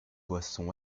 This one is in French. boisson